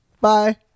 Bye